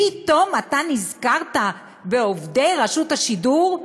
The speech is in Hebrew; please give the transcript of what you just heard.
פתאום אתה נזכרת בעובדי רשות השידור?